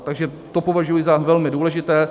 Takže to považuji za velmi důležité.